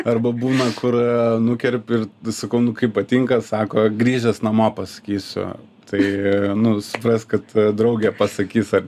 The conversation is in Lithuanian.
arba būna kur nukerpi ir nu sakau nu kaip patinka sako grįžęs namo pasakysiu tai suprask kad draugė pasakys ar